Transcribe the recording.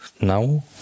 now